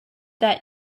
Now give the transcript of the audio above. that